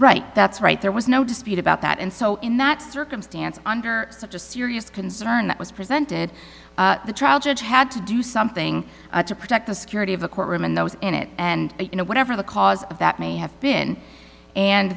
right that's right there was no dispute about that and so in that circumstance under such a serious concern that was presented the trial judge had to do something to protect the security of the courtroom and those in it and you know whatever the cause of that may have been and